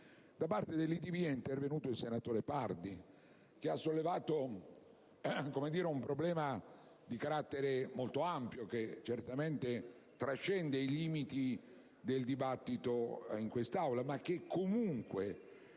Da parte dell'IdV è intervenuto il senatore Pardi, che ha sollevato un problema di carattere molto ampio, che certamente trascende i limiti del dibattito in quest'Aula, ma che comunque